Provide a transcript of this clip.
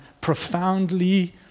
profoundly